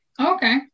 Okay